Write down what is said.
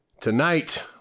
tonight